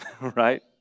right